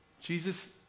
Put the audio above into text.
Jesus